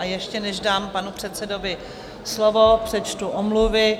A ještě než dám panu předsedovi slovo, přečtu omluvy.